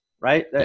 right